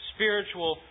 Spiritual